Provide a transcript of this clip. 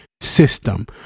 system